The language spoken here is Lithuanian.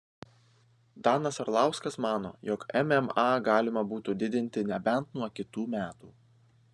danas arlauskas mano jog mma galima būtų didinti nebent nuo kitų metų